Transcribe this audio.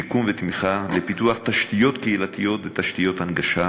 שיקום ותמיכה ולפיתוח תשתיות קהילתיות ותשתיות הנגשה,